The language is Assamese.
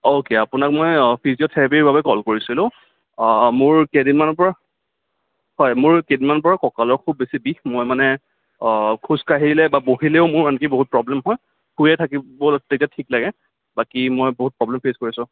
অকে আপোনাক মই ফিজিঅ'থেৰাপিৰ বাবে কল কৰিছিলোঁ মোৰ কেইদিনমানৰ পৰা হয় মোৰ কেইদিনমানৰ পৰা কঁকালৰ খুব বিষ বেছি মই মানে অঁ খোজ কাঢ়িলে বা বহিলেও মোৰ আনকি বহুত প্ৰব্লেম হয় শুইয়ে থাকিব তেতিয়া ঠিক লাগে বাকী মই বহুত প্ৰব্লেম ফেচ কৰি আছোঁ